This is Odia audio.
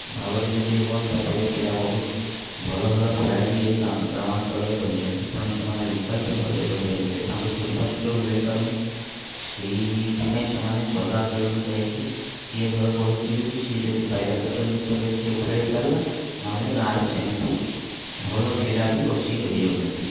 ଭାବରେ ଯଦି ହୁଅନ୍ତା ତେବେ ପିଲା ବହୁତ ଭଲ ଭଲ ଖେଳାଳି ଏ ଗ୍ରାମାଞ୍ଚଳରେ ରହିଛନ୍ତି ତେଣୁ ସେମାନେ ଲୁକାୟିତ ଭାବରେ ରହିଯାଉଛନ୍ତି ତାଙ୍କୁ ସୁବିଧା ସୁଯୋଗ ମିଳିପାରୁନି ସେଇଥିପାଇଁ ସେମାନେ ସହରାଞ୍ଚଳକୁ ଯାଇକି କିଏ ଧର ପଢ଼ୁଛି ଯଦି ସିଏ ଯଦି ପାଇଲା ତ ଟ୍ରେନିଂ ତେବେ ସିଏ ଖେଳିପାରିଲା ନହେଲେ ଗାଁରେ ସେମିତି ଭଲ ପିଲା ବି ବସି ରହିଯାଉଛନ୍ତି